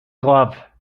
glove